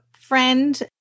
friend